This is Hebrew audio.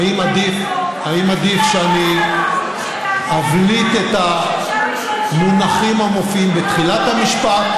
האם עדיף שאני אבליט את המונחים המופיעים בתחילת המשפט,